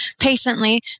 patiently